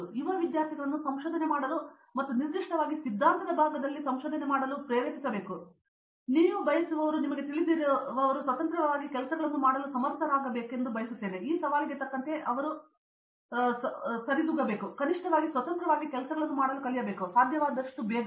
ಆದ್ದರಿಂದ ಯುವ ವಿದ್ಯಾರ್ಥಿಗಳನ್ನು ಸಂಶೋಧನೆ ಮಾಡಲು ಮತ್ತು ನಿರ್ದಿಷ್ಟವಾಗಿ ಸಿದ್ಧಾಂತದ ಭಾಗದಲ್ಲಿ ನೀವು ಬಯಸುವವರು ನಿಮಗೆ ತಿಳಿದಿರುವವರು ಸ್ವತಂತ್ರವಾಗಿ ಕೆಲಸಗಳನ್ನು ಮಾಡಲು ಸಮರ್ಥರಾಗಬೇಕೆಂಬುದನ್ನು ಈ ಸವಾಲಿಗೆ ತಕ್ಕಂತೆ ಅವರು ನಿಮಗೆ ತಿಳಿಸುತ್ತಿರಬೇಕು ಕನಿಷ್ಠ ಸ್ವತಂತ್ರವಾಗಿ ಕೆಲಸಗಳನ್ನು ಕಲಿಯಬೇಕು ಅವರು ಸಾಧ್ಯವಾದಷ್ಟು ಬೇಗ